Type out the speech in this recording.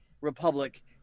republic